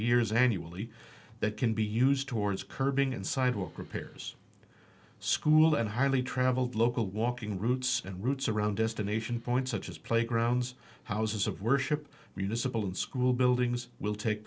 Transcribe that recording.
years annually that can be used towards curbing and sidewalk repairs school and highly traveled local walking routes and routes around destination point such as playgrounds houses of worship municipal and school buildings will take